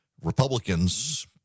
Republicans